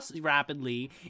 Rapidly